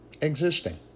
existing